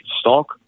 Stock